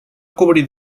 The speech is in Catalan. cobrir